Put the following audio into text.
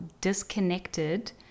disconnected